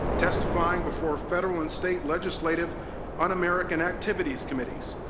testifying before federal and state legislative un-american activities committees,